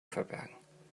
verbergen